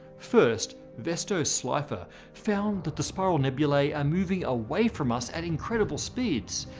first vesto slipher found that the spiral nebulae are moving away from us at incredible speeds,